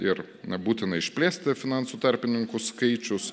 ir na būtina išplėsti finansų tarpininkų skaičius